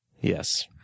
Yes